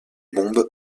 bombes